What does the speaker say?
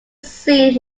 seen